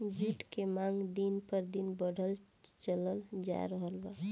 जुट के मांग दिन प दिन बढ़ल चलल जा रहल बा